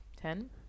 Ten